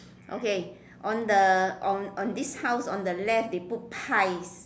okay on the on on this house on the left they put pies